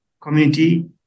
community